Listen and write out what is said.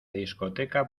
discoteca